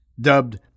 dubbed